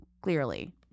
clearly